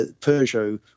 Peugeot